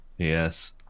Yes